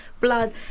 blood